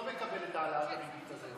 לא מקבל את העלאת הריבית הזאת.